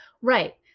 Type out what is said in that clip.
Right